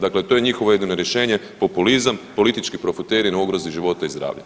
Dakle, to je njihovo jedino rješenje, populizam, politički profiteri na ugrozi života i zdravlja.